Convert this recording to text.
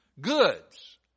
goods